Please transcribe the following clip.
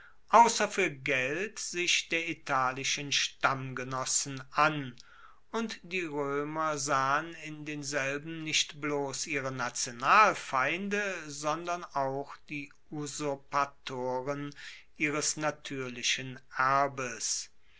ausser fuer geld sich der italischen stammgenossen an und die roemer sahen in denselben nicht bloss ihre nationalfeinde sondern auch die usurpatoren ihres natuerlichen erbes